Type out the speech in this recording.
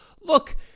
look